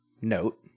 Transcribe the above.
Note